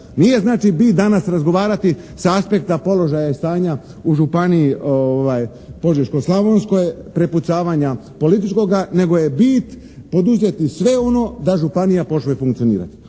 Nije znači bit danas razgovarati sa aspekta položaja i stanja u županiji Požeško-slavonskoj, prepucavanja političkoga nego je bit poduzeti sve ono da županija počne funkcionirati.